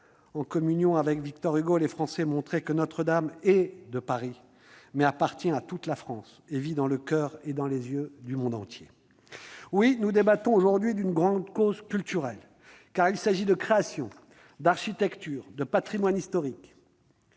En communiant avec Victor Hugo, les Français montraient que Notre-Dame est de Paris, mais qu'elle appartient à toute la France et qu'elle vit dans le coeur et dans les yeux du monde entier. Oui, nous débattons aujourd'hui d'une grande cause culturelle, car il s'agit de création, d'architecture, de patrimoine historique.